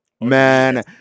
man